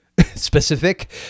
specific